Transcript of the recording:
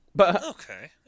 Okay